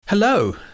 Hello